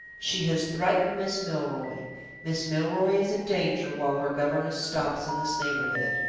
she has threatened miss milroy miss milroy is in danger while her governess stops in this neighborhood.